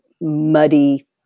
muddy